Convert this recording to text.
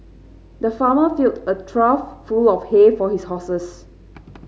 the farmer filled a trough full of hay for his horses